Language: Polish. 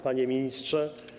Panie Ministrze!